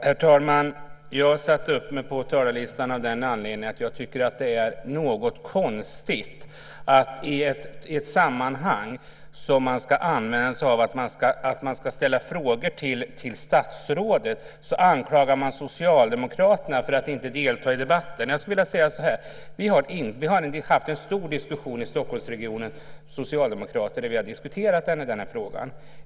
Herr talman! Jag satte upp mig på talarlistan av den anledningen att jag tycker att det är något konstigt att man i ett sammanhang där det ska ställas frågor till statsrådet anklagar Socialdemokraterna för att inte delta i debatten. Vi socialdemokrater i Stockholmsregionen har haft en stor diskussion om den här frågan.